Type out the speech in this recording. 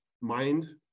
mind